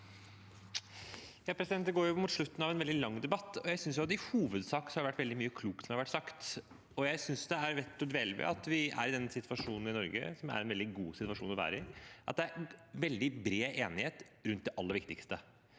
(A) Det går mot slutt- en av en veldig lang debatt, og jeg synes at det i hovedsak er veldig mye klokt som har blitt sagt. Jeg synes det er verdt å dvele ved at vi er i den situasjonen i Norge – som er en veldig god situasjon i å være i – at det er veldig bred enighet rundt det aller viktigste.